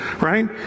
right